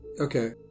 Okay